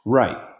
right